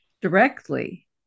directly